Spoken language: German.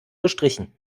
gestrichen